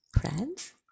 friends